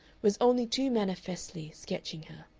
was only too manifestly sketching her.